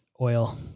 Oil